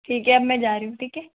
ठीक है अब मैं जा रही हूँ ठीक है